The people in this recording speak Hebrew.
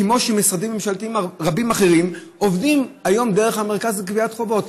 כמו שמשרדים ממשלתיים רבים אחרים עובדים היום דרך המרכז לגביית חובות.